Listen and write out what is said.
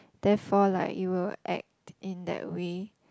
therefore like it will act in that way